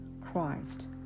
Christ